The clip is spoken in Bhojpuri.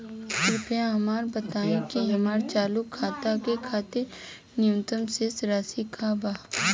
कृपया हमरा बताइ कि हमार चालू खाता के खातिर न्यूनतम शेष राशि का बा